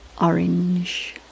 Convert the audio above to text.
orange